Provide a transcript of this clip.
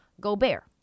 Gobert